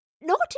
Not